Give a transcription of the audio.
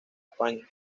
españa